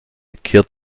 kehrt